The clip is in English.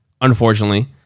unfortunately